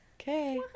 okay